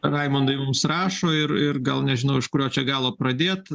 raimundui mums rašo ir ir gal nežinau iš kurio čia galo pradėt